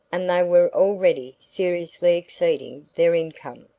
and they were already seriously exceeding their income.